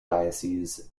diocese